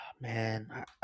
man